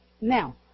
Now